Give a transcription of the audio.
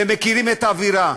שמכירים את האווירה,